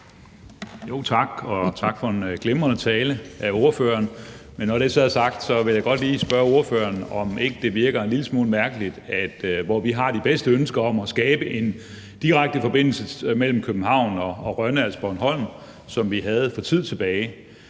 tak for en glimrende tale af ordføreren. Men når det så er sagt, vil jeg godt lige spørge ordføreren, om ikke det virker en lille smule mærkeligt, at hvor vi har de bedste ønsker om at skabe en direkte forbindelse mellem København og Rønne, altså Bornholm – sådan som vi havde det for noget tid tilbage